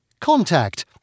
Contact